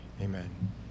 Amen